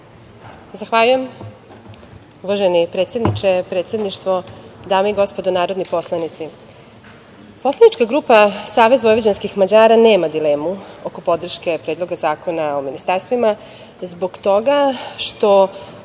Zahvaljujem. Uvaženi predsedniče, predsedništvo, dame i gospodo narodni poslanici. Poslanička grupa SVM nema dilemu oko podrške Predloga zakona o ministarstvima zbog toga što